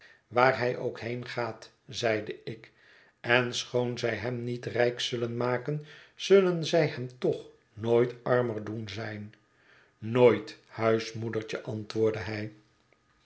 waar hij ook heengaat zeide ik en schoon zij hem niet rijk zullen maken zullen zij hem toch nooit armer doen zijn nooit huismoedertje antwoordde hij